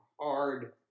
hard